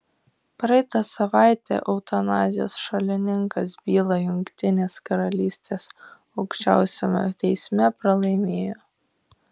praeitą savaitę eutanazijos šalininkas bylą jungtinės karalystės aukščiausiame teisme pralaimėjo